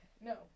No